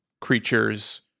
creatures